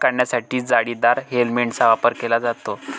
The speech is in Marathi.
मध काढण्यासाठी जाळीदार हेल्मेटचा वापर केला जातो